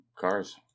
Cars